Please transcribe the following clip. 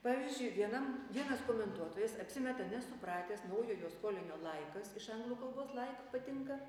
pavyzdžiui vienam vienas komentuotojas apsimeta nesupratęs naujojo skolinio laikas iš anglų kalbos laik patinka